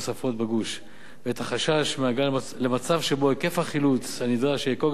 ואת החשש מהגעה למצב שבו היקף החילוץ הנדרש יהיה כה גדול,